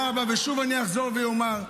ושוב, אחזור ואומר: